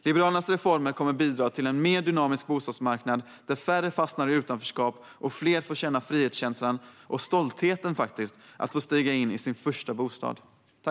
Liberalernas reformer kommer att bidra till en mer dynamisk bostadsmarknad där färre fastnar i utanförskap och fler får uppleva känslan av frihet och stolthet i att få stiga in i den första bostaden.